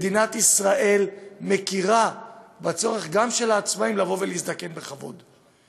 מדינת ישראל מכירה גם בצורך של העצמאים להזדקן בכבוד.